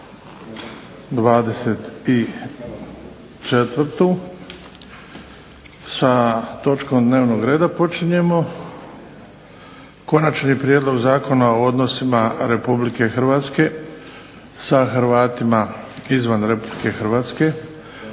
24. sa točkom dnevnog reda počinjemo –- Konačni prijedlog Zakona o odnosima Republike Hrvatske s Hrvatima izvan Republike Hrvatske,